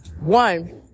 one